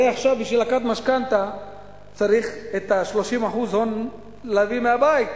הרי עכשיו בשביל לקחת משכנתה צריך 30% הון להביא מהבית,